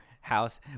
house